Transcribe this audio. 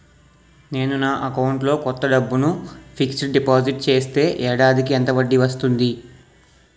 నేను నా అకౌంట్ లో కొంత డబ్బును ఫిక్సడ్ డెపోసిట్ చేస్తే ఏడాదికి ఎంత వడ్డీ వస్తుంది?